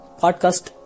podcast